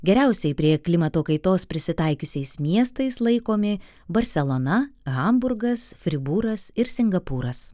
geriausiai prie klimato kaitos prisitaikiusiais miestais laikomi barselona hamburgas fribūras ir singapūras